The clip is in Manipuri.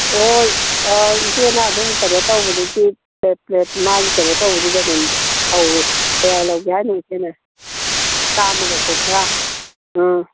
ꯍꯣꯏ ꯏꯆꯦꯅ ꯑꯗꯨꯝ ꯀꯩꯅꯣ ꯇꯧꯕꯗꯨꯒꯤ ꯄ꯭ꯂꯦꯠ ꯄ꯭ꯂꯦꯠ ꯃꯥꯒꯤ ꯀꯩꯅꯣ ꯇꯧꯕꯗꯨꯗ ꯑꯗꯨꯝ ꯍꯧꯏ ꯀꯌꯥꯏ ꯂꯧꯒꯦ ꯍꯥꯏꯅꯣ ꯏꯆꯦꯅ ꯆꯥꯝꯃꯒ ꯀꯨꯟꯊ꯭ꯔꯥ ꯑꯪ